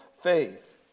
faith